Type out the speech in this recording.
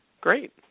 Great